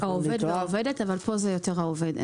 העובד והעובדת, אבל פה זה יותר העובד.